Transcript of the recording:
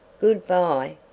good-bye,